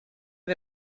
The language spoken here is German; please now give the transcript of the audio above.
wir